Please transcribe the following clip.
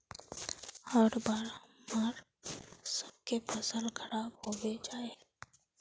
हर बार हम्मर सबके फसल खराब होबे जाए है?